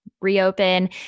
reopen